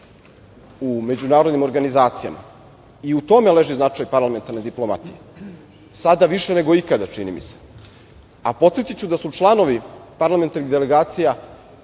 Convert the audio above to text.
u međunarodnim organizacijama i u tome leži značaj parlamentarne diplomatije, sada više nego ikada, čini mi se. A podsetiću da su članovi parlamentarnih delegacija